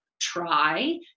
try